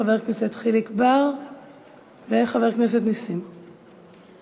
חבר הכנסת חיליק בר וחבר הכנסת נסים זאב.